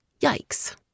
Yikes